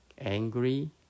angry